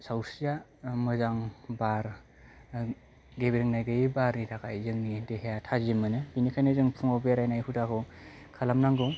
सावस्रिया मोजां बार गेबेंनाय गैयि बारनि थाखाय जोंनि देहाया थाजिम मोनो बिनिखायनो जों फुङाव बेरायनाय हुदाखौ खालामनांगौ